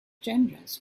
generous